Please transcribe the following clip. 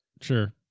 Sure